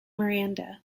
miranda